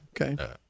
okay